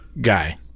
guy